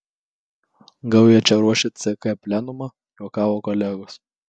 gal jie čia ruošia ck plenumą juokavo kolegos